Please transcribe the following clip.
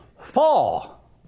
fall